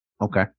Okay